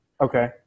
Okay